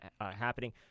happening—